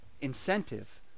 incentive